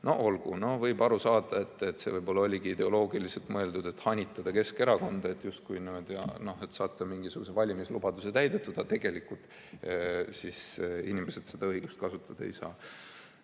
Olgu, võib aru saada, et see võib-olla oligi ideoloogiliselt nii mõeldud, et hanitada Keskerakonda: niimoodi te justkui saate mingisuguse valimislubaduse täidetud, aga tegelikult inimesed seda õigust kasutada ei saa.